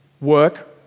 Work